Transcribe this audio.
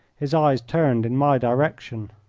his eyes turned in my direction.